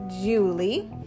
julie